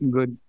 Good